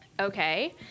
Okay